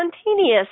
spontaneous